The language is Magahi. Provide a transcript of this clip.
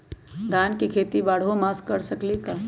धान के खेती बारहों मास कर सकीले का?